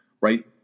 right